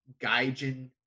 Gaijin